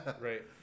right